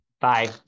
Bye